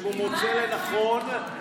אם הוא מוצא לנכון,